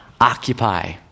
Occupy